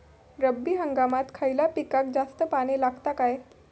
रब्बी हंगामात खयल्या पिकाक जास्त पाणी लागता काय?